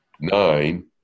nine